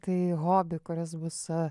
tai hobi kuris bus